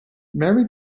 mary